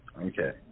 Okay